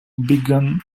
began